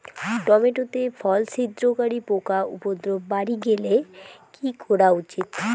Tomato তে ফল ছিদ্রকারী পোকা উপদ্রব বাড়ি গেলে কি করা উচিৎ?